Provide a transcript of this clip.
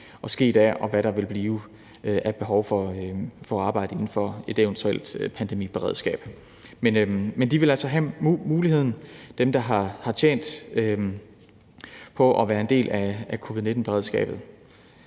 og hvad der vil blive af behov for arbejdskraft inden for et eventuelt pandemiberedskab. Men de, der har tjent på at være en del af covid-19-beredskabet,